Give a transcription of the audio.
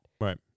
Right